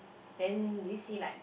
then do you see like